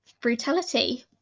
brutality